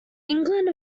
england